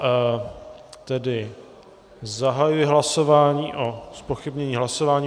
Já tedy zahajuji hlasování o zpochybnění hlasování.